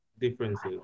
differences